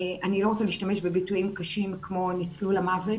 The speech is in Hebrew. אני לא רוצה להשתמש בביטויים קשים כמו ניצלו למוות